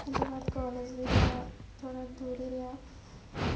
ओह्दे बाद कॉलेज़ बी साढ़ा दूर गै रेहा